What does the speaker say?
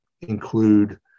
include